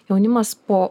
jaunimas po